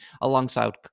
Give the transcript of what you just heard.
alongside